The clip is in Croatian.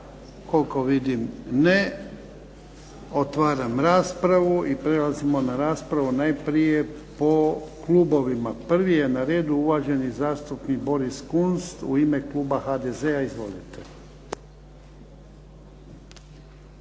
Koliko vidim ne. Otvaram raspravu. Prelazimo na raspravu najprije po klubovima. Prvi je na redu uvaženi zastupnik Boris Kunst u ime kluba HDZ-a. Izvolite.